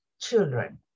children